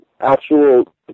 actual